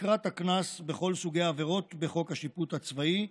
תקרת הקנס בכל סוגי העבירות בחוק השיפוט הצבאי,